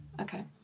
Okay